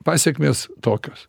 pasekmės tokios